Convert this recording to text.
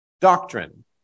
doctrine